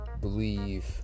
believe